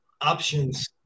options